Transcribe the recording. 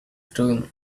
doing